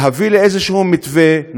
להביא לאיזשהו מתווה.